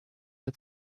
had